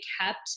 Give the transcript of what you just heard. kept